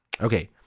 Okay